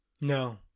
no